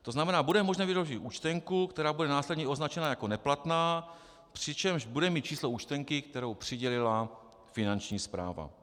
To znamená, bude možné účtenku, která bude následně označená jako neplatná, přičemž bude mít číslo účtenky, kterou přidělila finanční správa.